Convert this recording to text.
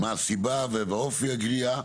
מה הסיבה ואופי הגריעה,